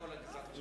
עם כל הגזענות שלך.